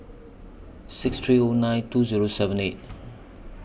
six three O nine two Zero seven eight